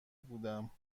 بودم